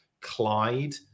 Clyde